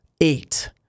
eight